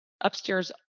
upstairs